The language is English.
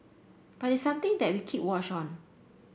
but it's something that we keep watch on